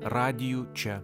radiju čia